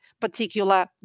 particular